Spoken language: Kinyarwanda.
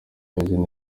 bwa